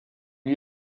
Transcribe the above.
lui